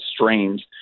strains